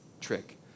trick